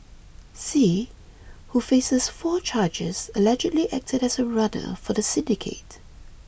see who faces four charges allegedly acted as a runner for the syndicate